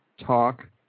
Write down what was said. Talk